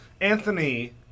Anthony